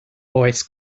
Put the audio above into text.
oes